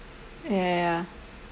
ya ya